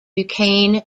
duquesne